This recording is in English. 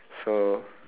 so